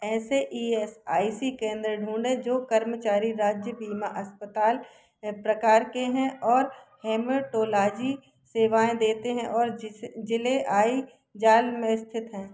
ऐसे E S I C केंद्र ढूँढें जो कर्मचारी राज्य बीमा अस्पताल प्रकार के हैं और हेमेटोलॉजी सेवाएँ देते हैं और ज़िला आइज़ॉल में स्थित हैं